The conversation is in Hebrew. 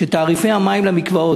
שתעריפי המים למקוואות,